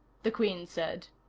the queen said.